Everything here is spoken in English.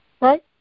Right